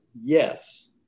yes